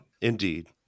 Indeed